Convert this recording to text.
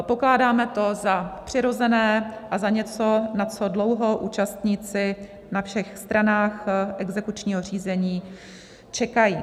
Pokládáme to za přirozené a za něco, na co dlouho účastníci na všech stranách exekučního řízení čekají.